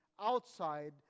outside